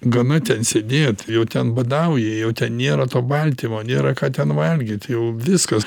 gana ten sėdėt jau ten badauja jau ten nėra to baltymo nėra ką ten valgyt jau viskas